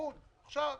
כאיגוד רוצות